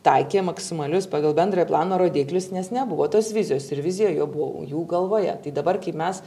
taikė maksimalius pagal bendrojo plano rodiklius nes nebuvo tos vizijos ir vizija jau buvo jų galvoje tai dabar kaip mes